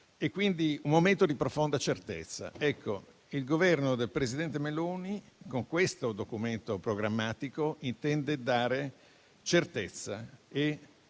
in un momento di profonda incertezza. Il Governo del presidente Meloni, con questo documento programmatico, intende dare certezza e